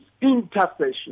intercession